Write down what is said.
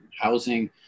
housing